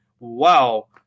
wow